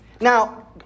Now